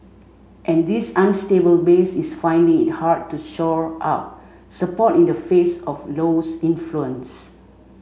and this unstable base is finding it hard to shore up support in the face of Low's influence